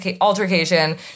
altercation